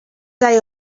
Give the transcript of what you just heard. day